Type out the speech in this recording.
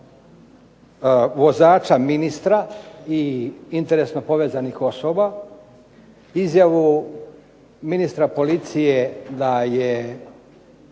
vozača ministra i interesno povezanih osoba. Izjavu ministra policije da je